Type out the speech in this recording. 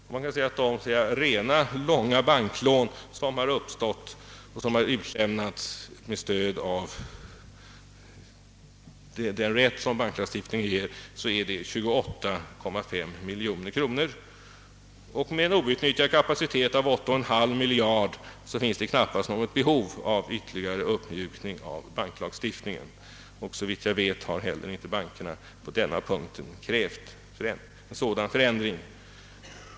De rena, långfristiga banklån som utgått och som har utlämnats med stöd av den rätt banklagstiftningen ger uppgår till 28,5 miljoner kronor. Med en outnyttjad kapacitet av 8,5 miljarder kronor finns det knappast något behov av ytterligare uppmjukning av banklagstiftningen. Såvitt jag vet har heller inte bankerna på denna punkt krävt en förändring.